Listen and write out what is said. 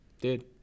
Dude